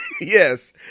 yes